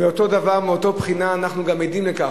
באותו דבר ומאותה בחינה אנחנו גם עדים לכך,